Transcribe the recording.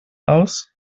aus